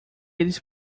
eles